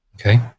Okay